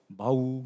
bau